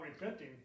repenting